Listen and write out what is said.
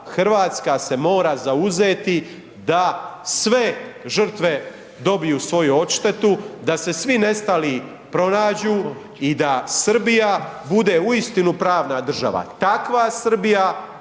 i da RH se mora zauzeti da sve žrtve dobiju svoju odštetu, da se svi nestali pronađu i da Srbija bude uistinu pravna država, takva Srbija